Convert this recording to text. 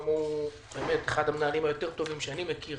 שלמה הוא אחד המנהלים היותר טובים שאני מכיר